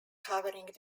covering